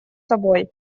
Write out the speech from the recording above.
собой